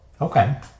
Okay